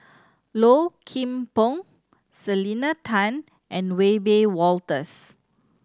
Low Kim Pong Selena Tan and Wiebe Wolters